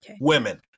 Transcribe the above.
women